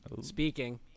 speaking